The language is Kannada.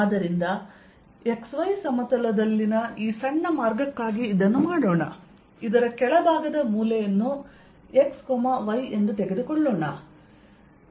ಆದ್ದರಿಂದ x y ಸಮತಲದಲ್ಲಿನ ಈ ಸಣ್ಣ ಮಾರ್ಗಕ್ಕಾಗಿ ಇದನ್ನು ಮಾಡೋಣ ಇದರ ಕೆಳಭಾಗದ ಮೂಲೆಯನ್ನು x y ಎಂದು ತೆಗೆದುಕೊಳ್ಳೋಣ